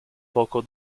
poco